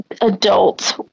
Adults